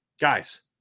guys